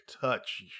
touch